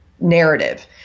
narrative